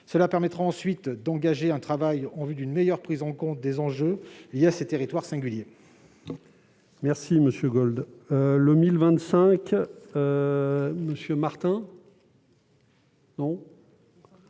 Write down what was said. Cela permettra ensuite d'engager un travail en vue d'une meilleure prise en compte des enjeux liés à ces territoires singuliers. La parole est à M. Pascal Martin, pour